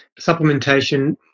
Supplementation